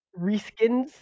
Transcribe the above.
reskins